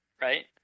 right